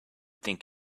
think